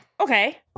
okay